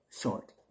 short